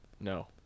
No